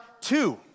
two